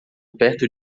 perto